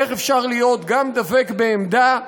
איך אפשר להיות גם דבק בעמדה,